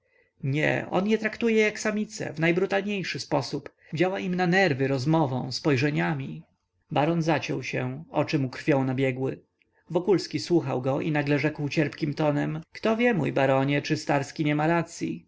nie on je traktuje jak samice w najbrutalniejszy sposób działa im na nerwy rozmową spojrzeniami baron zaciął się oczy mu krwią nabiegły wokulski słuchał go i nagle rzekł cierpkim tonem kto wie mój baronie czy starski nie ma racyi